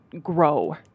grow